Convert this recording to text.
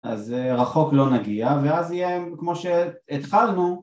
אז רחוק לא נגיע ואז יהיה כמו שהתחלנו